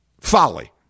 folly